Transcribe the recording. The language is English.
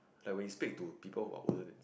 like we speak to people who are older